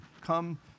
come